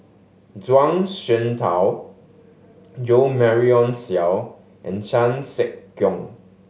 Zhuang Shengtao Jo Marion Seow and Chan Sek Keong